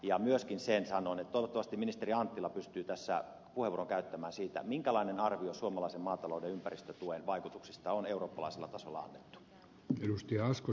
ja myöskin sen sanon että toivottavasti ministeri anttila pystyy tässä puheenvuoron käyttämään siitä minkälainen arvio suomalaisen maatalouden ympäristötuen vaikutuksista on eurooppalaisella tasolla annettu